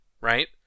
right